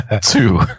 Two